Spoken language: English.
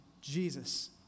Jesus